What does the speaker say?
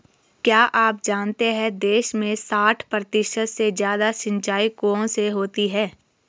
क्या आप जानते है देश में साठ प्रतिशत से ज़्यादा सिंचाई कुओं से होती है?